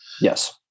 Yes